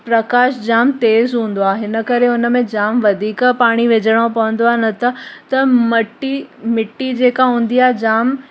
प्रकाश जामु तेज़ हूंदो आहे हिन करे हुन में जामु वधीक पाणी विझणो पवंदो आहे नत त मटी मिटी जेका हूंदी आहे जामु